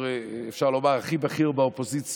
ואפשר לומר שהיית החבר הכי בכיר באופוזיציה,